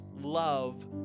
Love